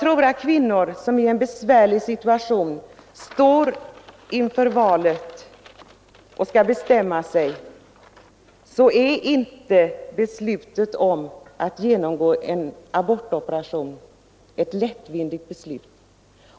För kvinnor som i en svår situation skall bestämma sig är beslutet att genomgå en abortoperation inte ett lättvindigt beslut.